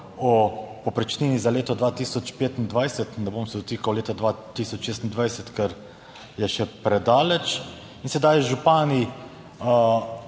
o povprečnini za leto 2025 - ne bom se dotikal leta 2026, ker je še predaleč - in sedaj župani,